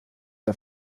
der